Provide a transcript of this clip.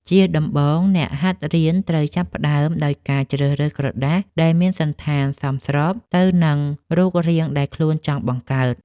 ជាដំបូង អ្នកហាត់រៀនត្រូវចាប់ផ្ដើមដោយការជ្រើសរើសក្រដាសដែលមានសណ្ឋានសមស្របទៅនឹងរូបរាងដែលខ្លួនចង់បង្កើត។